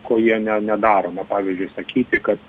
ko jie ne nedaro na pavyzdžiui sakyti kad